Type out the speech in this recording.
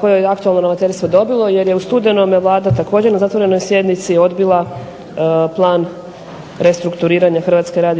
koju je aktualno ravnateljstvo dobilo jer je u studenome Vlada također na zatvorenoj sjednici odbila Plan restrukturiranja HRT-a.